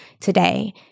today